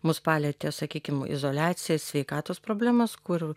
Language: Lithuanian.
mus palietė sakykim izoliacija sveikatos problemas kur